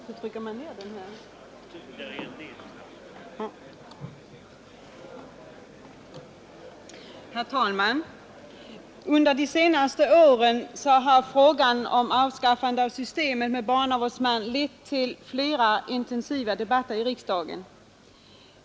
Herr talman! Under de senaste åren har frågan om avskaffande av systemet med barnavårdsman lett till flera intensiva debatter i riksdagen.